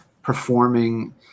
performing